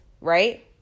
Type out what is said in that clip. right